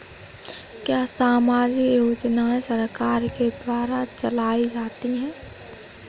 क्या सामाजिक योजनाएँ सरकार के द्वारा चलाई जाती हैं?